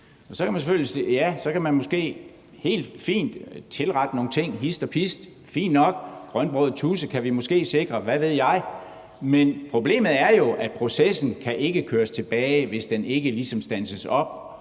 Så kan man måske tilrette nogle ting hist og pist. Det er fint nok, den grønbrogede tudse kan vi måske sikre – hvad ved jeg. Men problemet er jo, at processen ikke kan rulles tilbage, hvis den ikke ligesom standses og